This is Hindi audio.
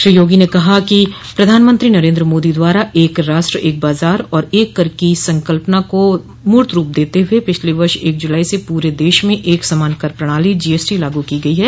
श्री योगी ने कहा कि प्रधानमंत्री नरेन्द्र मोदी द्वारा एक राष्ट्र एक बाजार और एक कर की संकल्पना को मूर्त रूप देते हुए पिछले वर्ष एक जुलाई से पूरे देश में एक समान कर प्रणाली जीएसटी लागू की गई है